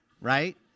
right